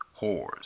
whores